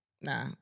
Nah